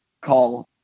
call